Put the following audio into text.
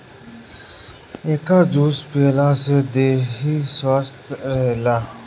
एकर juice पियला से देहि स्वस्थ्य रहेला